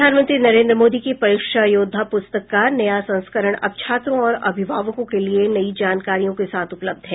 प्रधानमंत्री नरेंद्र मोदी की परीक्षा योद्धा पुस्तक का नया संस्करण अब छात्रों और अभिभावकों के लिए नई जानकारियों के साथ उपलब्ध है